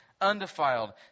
undefiled